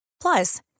Plus